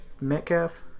Metcalf